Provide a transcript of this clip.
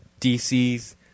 DC's